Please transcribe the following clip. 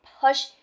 push